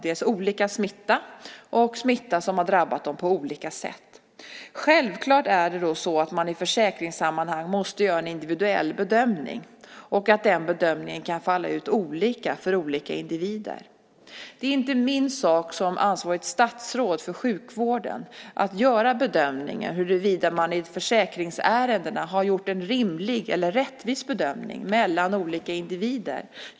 Det är olika smitta. Självklart måste man i försäkringssammanhang göra en individuell bedömning och den bedömningen kan falla ut olika för olika individer. Det är inte min sak som ansvarigt statsråd för sjukvården att göra bedömningar av huruvida man i försäkringsärendena har gjort en rimlig eller rättvis bedömning mellan olika individer.